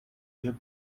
gift